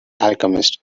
alchemist